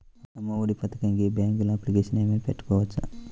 అమ్మ ఒడి పథకంకి బ్యాంకులో అప్లికేషన్ ఏమైనా పెట్టుకోవచ్చా?